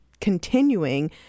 continuing